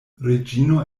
reĝino